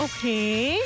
Okay